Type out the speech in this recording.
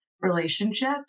relationships